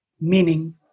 meaning